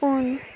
उन